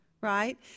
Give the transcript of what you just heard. Right